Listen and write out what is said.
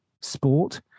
sport